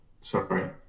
Sorry